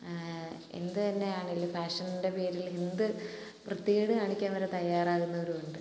എന്ത് തന്നെയാണേലും ഫാഷൻ്റെ പേരിൽ എന്ത് വൃത്തികേട് കാണിക്കാൻ വരെ തയ്യാറാകുന്നവരുമുണ്ട്